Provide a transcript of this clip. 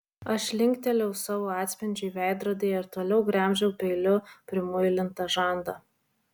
aš linktelėjau savo atspindžiui veidrodyje ir toliau gremžiau peiliu primuilintą žandą